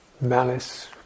malice